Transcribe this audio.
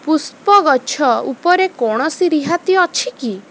ପୁଷ୍ପଗୁଚ୍ଛ ଉପରେ କୌଣସି ରିହାତି ଅଛି କି